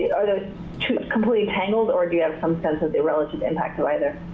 yeah are those two completely tangled, or do you have some sense of the relative impact of either?